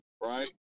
Right